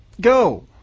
go